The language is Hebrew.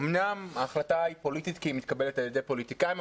אמנם ההחלטה היא פוליטית כי היא מתקבלת על ידי פוליטיקאים,